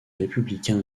républicain